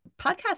podcast